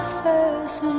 first